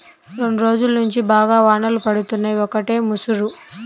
రెండ్రోజుల్నుంచి బాగా వానలు పడుతున్నయ్, ఒకటే ముసురు